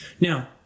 Now